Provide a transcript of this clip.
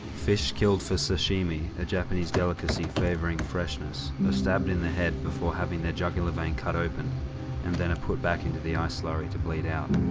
fish killed for sashimi, a japanese delicacy favouring freshness, are and stabbed in the head before having their jugular vein cut open and then are put back into the ice slurry to bleed out.